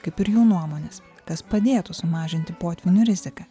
kaip ir jų nuomonės kas padėtų sumažinti potvynių riziką